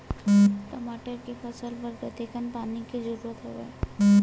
टमाटर के फसल बर कतेकन पानी के जरूरत हवय?